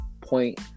point